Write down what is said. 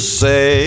say